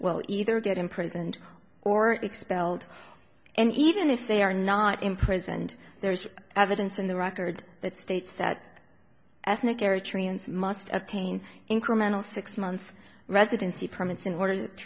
well either get imprisoned or expelled and even if they are not imprisoned there is evidence in the record that states that ethnic eritreans must attain incremental six months residency permits in order to